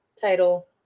title